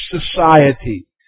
society